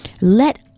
Let